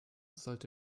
sollte